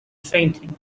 fainting